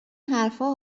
حرفها